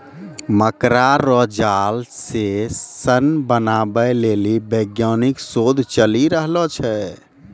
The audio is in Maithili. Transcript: मकड़ा रो जाल से सन बनाबै लेली वैज्ञानिक शोध चली रहलो छै